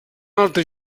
altre